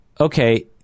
okay